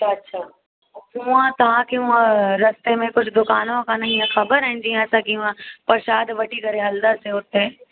अच्छा अच्छा हुअं तव्हांखे हुअं रस्ते में कुझु दुकान वुकान ईअं ख़बर आहिनि जीअं असांखे वहां प्रशाद वठी करे हलदासीं हुते